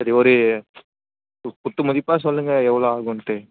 சரி ஒரு குத்துமதிப்பாக சொல்லுங்க எவ்வளோ ஆகுன்ட்டு